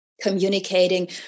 communicating